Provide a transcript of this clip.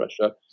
Russia